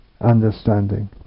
understanding